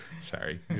Sorry